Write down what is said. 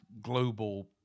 global